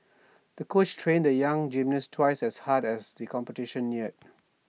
the coach trained the young gymnast twice as hard as the competition neared